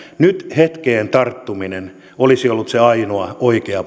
nyt hetkeen tarttuminen olisi ollut se ainoa oikea